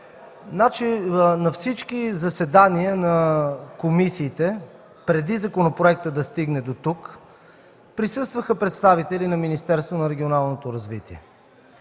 На всички заседания на комисиите, преди законопроектът да стигне до тук, присъстваха представители на Министерството на регионалното развитие.